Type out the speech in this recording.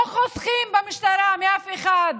לא חוסכים במשטרה מאף אחד.